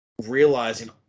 realizing